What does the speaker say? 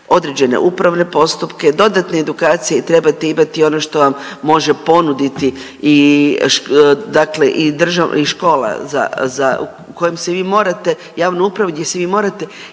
određene upravne postupke, dodatne edukacije trebate imati i ono što vam može ponuditi i dakle i drža…, i škola za, za, kojem se vi morate, javnu upravu gdje se vi morate